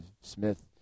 Smith